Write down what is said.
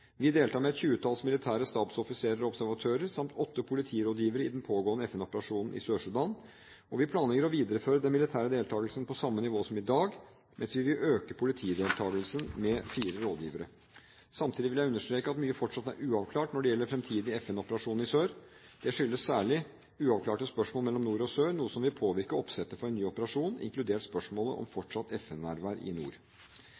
Vi deltar med et tjuetalls militære stabsoffiserer og observatører samt åtte politirådgivere i den pågående FN-operasjonen i Sør-Sudan. Vi planlegger å videreføre den militære deltakelsen på samme nivå som i dag, mens vi vil øke politideltakelsen med fire rådgivere. Samtidig vil jeg understreke at mye fortsatt er uavklart når det gjelder en fremtidig FN-operasjon i sør. Det skyldes særlig uavklarte spørsmål mellom nord og sør, noe som vil påvirke oppsettet for en ny operasjon, inkludert spørsmålet om